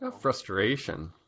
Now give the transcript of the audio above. frustration